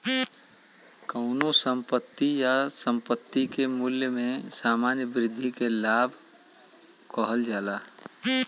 कउनो संपत्ति या संपत्ति के मूल्य में सामान्य वृद्धि के लाभ कहल जाला